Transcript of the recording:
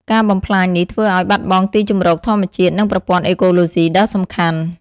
ការបំផ្លាញនេះធ្វើឲ្យ បាត់បង់ទីជម្រកធម្មជាតិ និង ប្រព័ន្ធអេកូឡូស៊ី ដ៏សំខាន់។